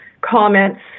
comments